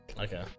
Okay